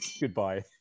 goodbye